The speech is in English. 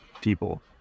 people